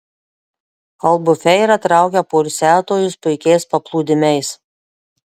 albufeira traukia poilsiautojus puikiais paplūdimiais